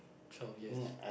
twelve years